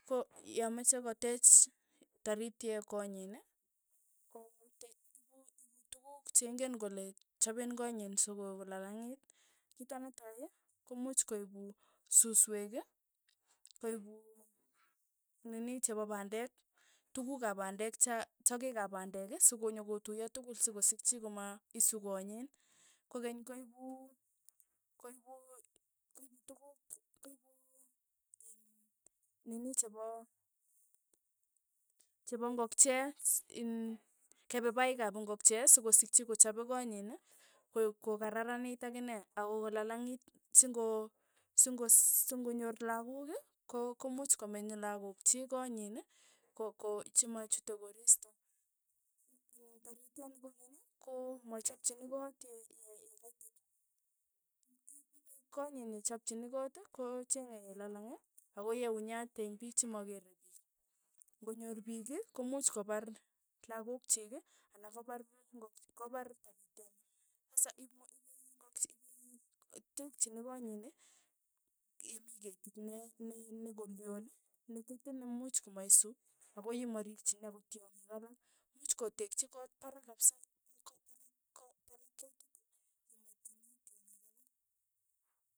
Ko yamache koteech tarutye koot nyin, ko te ipu- ipu tukuk cheng'en kole chapen konyiin sokolalang'it, kito netai ko muuch koipu susweek koipu nini chepa pandek, tukuk ap pandek cha sakeek ap pandek sonyokotuiyo sikosikchi komaisu konyin, kokeny koipu koipu koipu tukuuk koipu iin nini chepo chepo ng'okche si in kepepaik ap ingokchee sikosikchi kochapee konyiin, koe kokararanit akine ako kolalang'it sing'o- sing'o ss- sing'onyor lakok ko- komuch komenye lakok chiik ko nyii, ko- ko chimachute koristo, ing ing tarityet ni kokeny i ko machapchini kot ye- ye- ye kaitit, i- i ipe kotnyi nechopchini kot ko chenge ye lalang ako yeunyat eng' piik chemakere piich, ng'onyor piik ii, komuch kopar lakok chiik ana kopar ngok kopar tarityeni, sasa imu ipei ngokch ipe tekchini koot nyini ye mii ketit ne- ne- ne kolyoli ne ketit ne much komaisu ako yi marikchini akot tyongik alak. much kotekchi koot parak kapsa pa ko parak ko parak ketit yemaitchini tyongik alak.